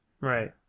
Right